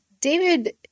David